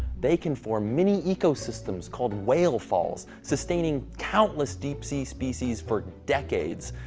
they can form mini-ecosystems called whale falls, sustaining countless deep-sea species for decades.